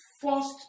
first